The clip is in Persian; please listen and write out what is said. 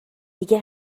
دیگه